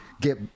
get